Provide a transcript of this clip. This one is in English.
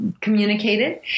communicated